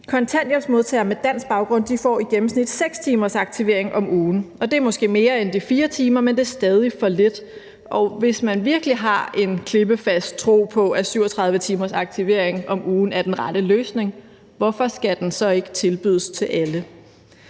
Kontanthjælpsmodtagere med dansk baggrund får i gennemsnit 6 timers aktivering om ugen, og det er måske mere end de 4 timer, men det er stadig for lidt. Hvis man virkelig har en klippefast tro på, at 37 timers aktivering om ugen er den rette løsning, hvorfor skal den så ikke tilbydes alle?